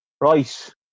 right